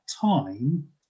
time